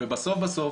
ובסוף בסוף